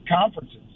conferences